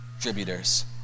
contributors